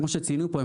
כפי שציינו פה,